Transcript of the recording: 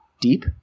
deep